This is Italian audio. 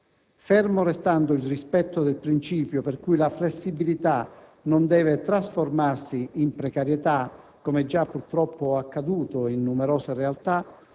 fermo restando il rispetto del principio per cui la flessibilità non deve trasformarsi in precarietà, come è già, purtroppo, accaduto in numerose realtà,